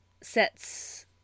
sets